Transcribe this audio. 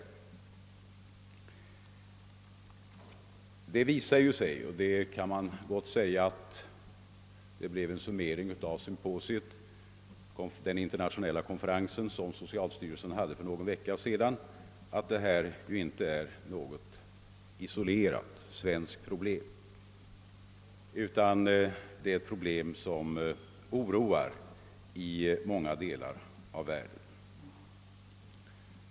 En summering av den internationella konferens som socialstyrelsen höll för någon vecka sedan visar, att detta inte är något isolerat svenskt problem utan att det är ett problem som man oroas av i många delar av världen.